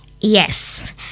Yes